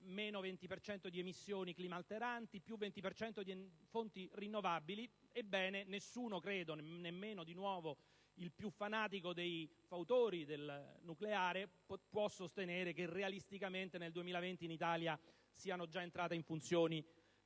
cento di emissioni clima alteranti, più 20 per cento di fonti rinnovabili. Ebbene, credo che nessuno, nemmeno il più fanatico dei fautori del nucleare, può sostenere che realisticamente nel 2020 in Italia saranno già entrate in funzione